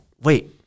Wait